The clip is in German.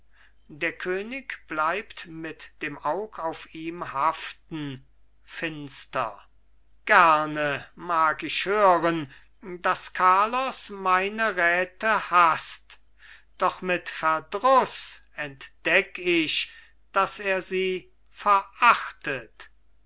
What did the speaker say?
der könig bleibt mit dem aug auf ihm haften finster gerne mag ich hören daß carlos meine räte haßt doch mit verdruß entdeck ich daß er sie verachtet